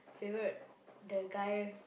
favourite the guy